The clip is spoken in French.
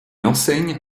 enseigne